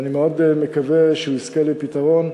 ואני מאוד מקווה שנזכה לפתרון,